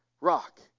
rock